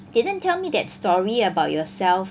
didn't tell me that story about yourself